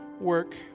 work